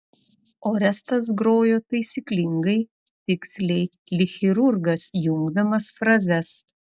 orestas grojo taisyklingai tiksliai lyg chirurgas jungdamas frazes